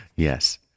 Yes